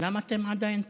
למה אתם עדיין פה?